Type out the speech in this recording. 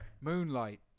Moonlight